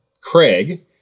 Craig